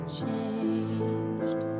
changed